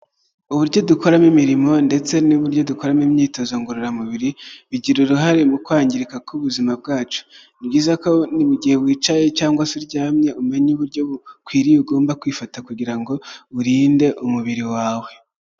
Uburyo dukoramo imirimo ndetse n'uburyo dukoramo imyitozo ngororamubiri, bigira uruhare mu kwangirika k'ubuzima bwacu, ni byiza mugihe wicaye cyangwa se uryamye, umenye uburyo bukwiriye ugomba kwifata kugira ngo urinde umubiri wawe.